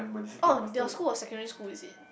oh your school was secondary school is it